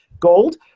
Gold